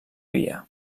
via